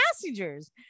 passengers